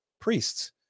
priests